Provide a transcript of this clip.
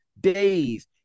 days